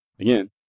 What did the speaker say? Again